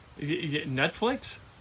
Netflix